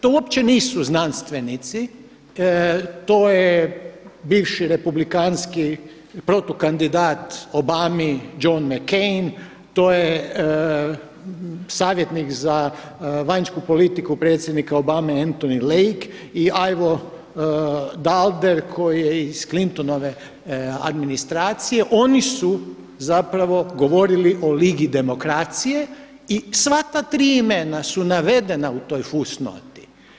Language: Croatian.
To uopće nisu znanstvenici, to je bivši republikanski protukandidat Obami John McCain, to je savjetnik za vanjsku politiku predsjednika Obame Anthony Lake i Ivo Daalder koji je iz Cllintonove administracije oni su govorili o ligi demokracije i sva ta tri imena su navedena u toj fusnoti.